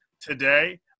today